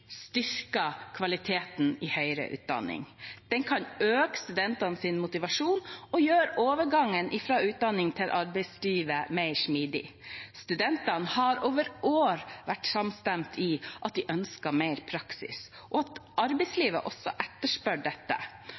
kvaliteten i høyere utdanning. Den kan øke studentenes motivasjon og gjøre overgangen fra utdanning til arbeidslivet mer smidig. Studentene har over år vært samstemt om at de ønsker mer praksis, og at arbeidslivet også etterspør dette.